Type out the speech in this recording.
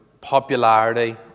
popularity